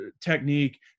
technique